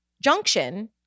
junction